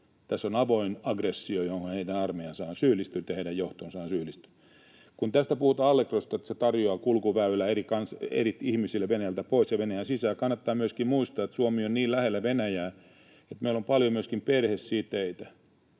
Tässä on avoin aggressio, johon heidän armeijansa ja heidän johtonsa syyllistynyt. Kun tässä puhutaan Allegrosta — että se tarjoaa kulkuväylän eri ihmisille Venäjältä pois ja Venäjälle sisään — kannattaa myöskin muistaa, että Suomi on niin lähellä Venäjää, että meillä on paljon myöskin perhesiteitä,